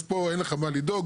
אז פה אין לך מה לדאוג,